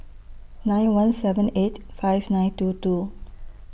nine one seven eight five nine two two